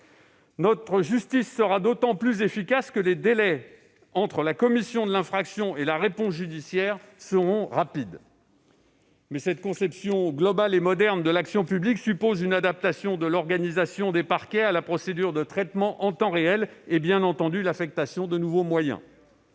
Notre justice sera d'autant plus efficace que les délais entre la commission de l'infraction et la réponse judiciaire seront brefs, mais cette conception globale et moderne de l'action publique suppose une adaptation de l'organisation des parquets à la procédure de traitement en temps réel et, bien entendu, l'affectation de nouveaux moyens.